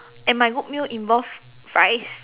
and my good meal involves fries